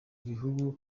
bihugu